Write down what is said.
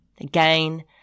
again